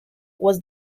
was